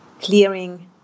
clearing